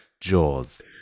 Jaws